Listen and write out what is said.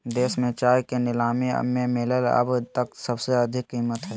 देश में चाय के नीलामी में मिलल अब तक सबसे अधिक कीमत हई